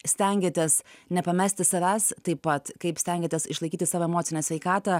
stengiatės nepamesti savęs taip pat kaip stengiatės išlaikyti savo emocinę sveikatą